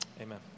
Amen